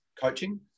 coaching